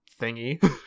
thingy